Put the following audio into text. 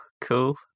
cool